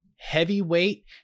heavyweight